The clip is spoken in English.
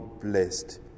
blessed